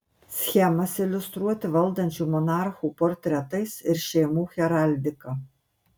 schemas iliustruoti valdančių monarchų portretais ir šeimų heraldika